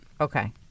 Okay